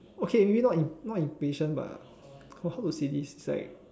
okay maybe not in not impatient but also how to say this it's like